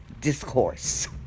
discourse